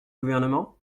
gouvernement